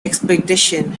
expedition